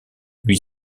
lui